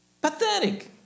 pathetic